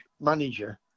manager